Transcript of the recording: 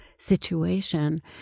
situation